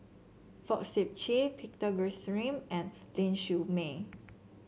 Fong Sip Chee Peter Gilchrist and Ling Siew May